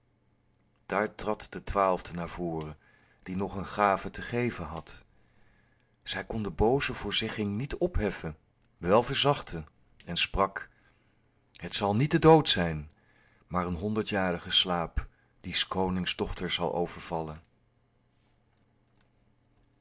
daar trad de twaalfde naar voren die nog een gave te geven had zij kon de booze voorzegging niet opheffen wel verzachten en sprak het zal niet de dood zijn maar een honderdjarige slaap die s konings dochter zal overvallen